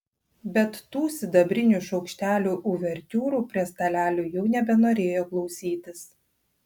bet tų sidabrinių šaukštelių uvertiūrų prie stalelių jau nebenorėjo klausytis